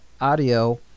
audio